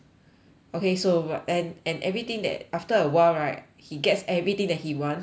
okay so and and everything that after a while right he gets everything that he wants already